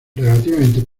relativamente